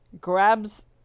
Grabs